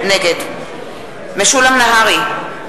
נגד משולם נהרי,